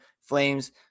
Flames